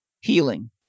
healing